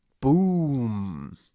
Boom